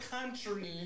country